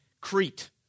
Crete